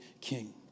king